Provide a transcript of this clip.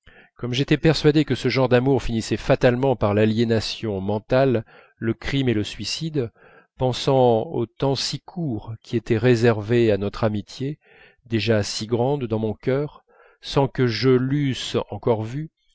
comme j'étais persuadé que ce genre d'amour finissait fatalement par l'aliénation mentale le crime et le suicide pensant au temps si court qui était réservé à notre amitié déjà si grande dans mon cœur sans que je l'eusse encore vu